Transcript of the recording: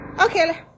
Okay